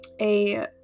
a-